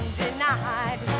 denied